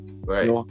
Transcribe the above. Right